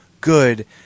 good